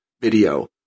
video